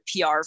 PR